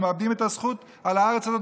אנחנו מאבדים את הזכות על הארץ הזאת